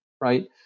right